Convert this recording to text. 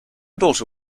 daughter